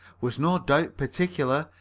was no doubt particular,